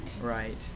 Right